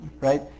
Right